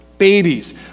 babies